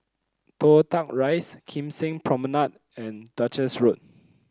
Toh Tuck Rise Kim Seng Promenade and Duchess Road